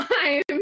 time